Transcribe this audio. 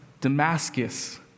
Damascus